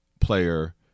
player